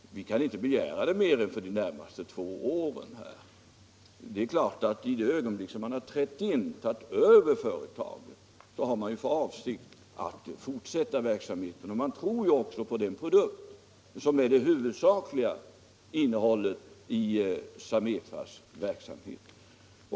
Vi kan inte begära att det skall gälla mer än för de närmaste två åren. I det ögonblick som man trätt in och tagit över företaget har man naturligtvis för avsikt att fortsätta verksamheten. Man tror ju också på den produkt som är den huvudsakliga i Samefas verksamhet.